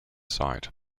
site